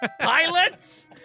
pilots